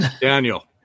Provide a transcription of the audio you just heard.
Daniel